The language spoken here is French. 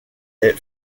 est